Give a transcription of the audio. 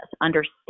understand